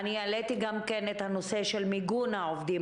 אני העליתי גם את נושא מיגון העובדים